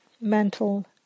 mental